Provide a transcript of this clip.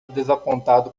desapontado